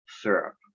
syrup